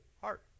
heart